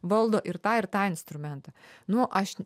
valdo ir tą ir tą instrumentą nu aš